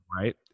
right